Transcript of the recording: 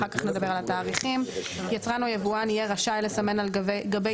אחר כך נדבר על התאריכים יצרן או יבואן יהיה רשאי לסמן על גבי